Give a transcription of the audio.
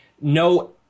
no